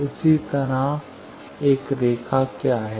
इसी तरह एक रेखा क्या है